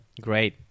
Great